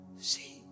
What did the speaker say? See